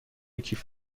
کیف